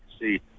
see